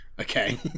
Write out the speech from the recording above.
Okay